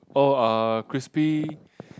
oh uh crispy